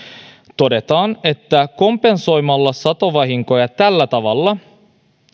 todetaan että kompensoimalla satovahinkoja tällä tavalla